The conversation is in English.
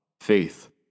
Faith